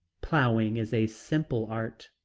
plowing is a simple art,